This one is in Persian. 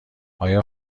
آیا